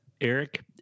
Eric